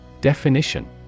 Definition